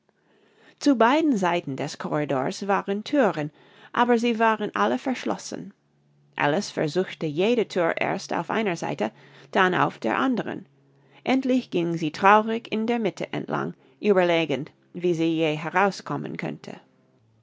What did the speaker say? zu beiden seiten des corridors waren thüren aber sie waren alle verschlossen alice versuchte jede thür erst auf einer seite dann auf der andern endlich ging sie traurig in der mitte entlang überlegend wie sie je heraus kommen könnte